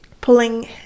pulling